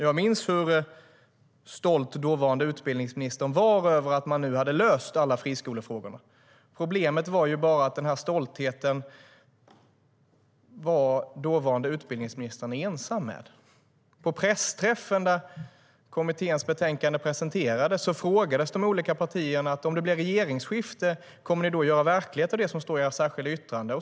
Jag minns hur stolt den dåvarande utbildningsministern var över att man nu hade löst alla friskolefrågorna. Problemet var bara att den dåvarande utbildningsministern var ensam om den här stoltheten. På pressträffen, där kommitténs betänkande presenterades, frågade man de olika partierna: Om det blir regeringsskifte, kommer ni då att göra verklighet av det som står i era särskilda yttranden?